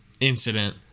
incident